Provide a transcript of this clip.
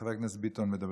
חבר הכנסת ביטון.